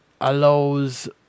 allows